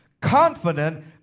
confident